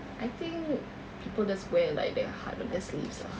I think people just wear like their hearts on their sleeves ah